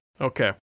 okay